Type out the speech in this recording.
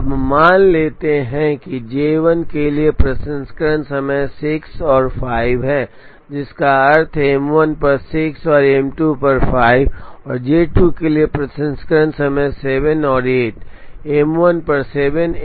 अब मान लेते हैं कि J1 के लिए प्रसंस्करण समय 6 और 5 है जिसका अर्थ है M1 पर 6 और M2 पर 5 और J2 के लिए प्रसंस्करण समय 7 और 8 M1 पर 7 M2 पर 8 हैं